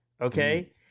okay